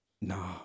Nah